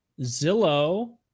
Zillow